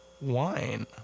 Wine